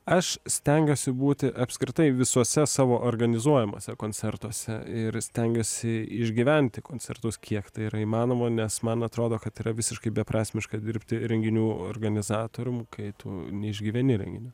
aš stengiuosi būti apskritai visuose savo organizuojamuose koncertuose ir stengiuosi išgyventi koncertus kiek tai yra įmanoma nes man atrodo kad yra visiškai beprasmiška dirbti renginių organizatorium kai tu neišgyveni renginio